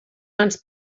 mans